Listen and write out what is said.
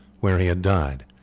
where he had died.